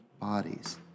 bodies